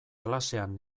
klasean